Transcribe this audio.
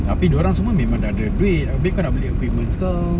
tapi dia orang memang semua dah ada duit habis kau nak beli equipment sekarang